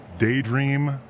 Daydream